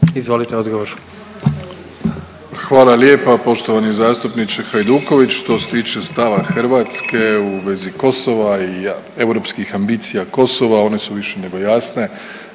Andrej (HDZ)** Hvala lijepa poštovani zastupniče Hajduković. Što se tiče stava Hrvatske u vezi Kosova i europskih ambicija Kosova one su više nego jasne.